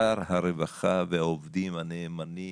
שר הרווחה והעובדים הנאמנים,